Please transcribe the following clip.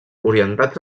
orientats